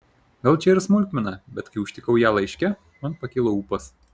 gal čia ir smulkmena bet kai užtikau ją laiške man pakilo ūpas